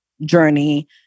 journey